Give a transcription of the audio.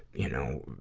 you know,